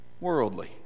Worldly